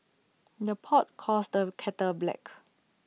the pot calls the kettle black